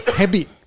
habit